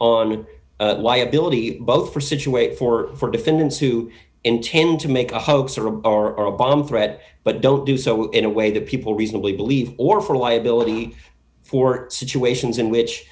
on liability both for scituate for for defendants who intend to make a hoax or a bar or a bomb threat but don't do so in a way that people reasonably believe or for liability for situations in which